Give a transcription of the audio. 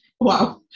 Wow